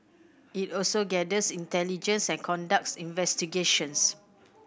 it also gathers intelligence and conducts investigations